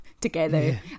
together